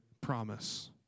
promise